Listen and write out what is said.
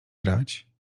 grać